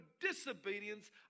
disobedience